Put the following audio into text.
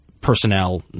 personnel